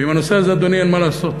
ועם הנושא הזה, אדוני, אין מה לעשות.